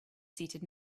seated